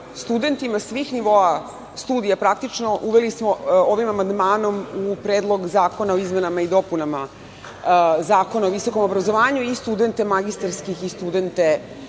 studentima svih nivoa studija, uveli smo ovim amandmanom u Predlog zakona o izmenama i dopunama Zakona o visokom obrazovanju i studente magistarskih i studente